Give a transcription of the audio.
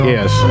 Yes